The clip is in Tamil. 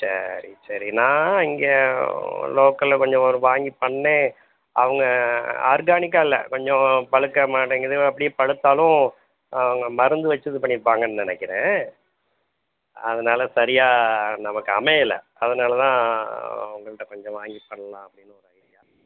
சரி சரி நான் இங்கே லோக்கலில் கொஞ்சம் ஒரு வாங்கிப் பண்ணிணேன் அவங்க ஆர்கானிக்காக இல்லை கொஞ்சம் பழுக்க மாட்டேங்குது அப்படியே பழுத்தாலும் அவங்க மருந்து வச்சு இதுப் பண்ணியிருப்பாங்கன்னு நினைக்கிறேன் அதனால் சரியாக நமக்கு அமையலை அதனால தான் உங்கள்ட்ட கொஞ்சம் வாங்கி பண்ணலாம் அப்படினு ஒரு ஐடியா